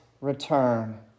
return